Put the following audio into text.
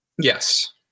Yes